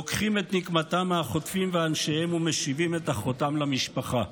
לוקחים את נקמתם מהחוטפים ואנשיהם ומשיבים את אחותם למשפחה.